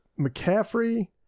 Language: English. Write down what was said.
McCaffrey